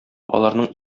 аларның